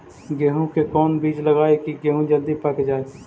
गेंहू के कोन बिज लगाई कि गेहूं जल्दी पक जाए?